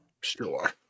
sure